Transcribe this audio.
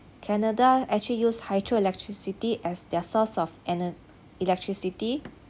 canada actually use hydro electricity as their source of ene~ electricity